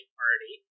party